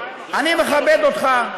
אני מכבד אותך,